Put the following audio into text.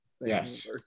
yes